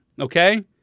Okay